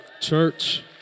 Church